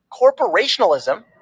corporationalism